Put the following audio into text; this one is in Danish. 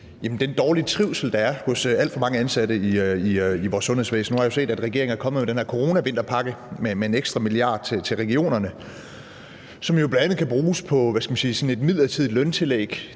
den dårlige trivsel, der er blandt alt for mange ansatte i vores sundhedsvæsen. Nu har jeg jo set, at regeringen er kommet med den her coronavinterpakke med en ekstra milliard til regionerne, som bl.a. kan bruges på – hvad skal